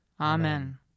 Amen